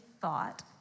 thought